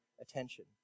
attention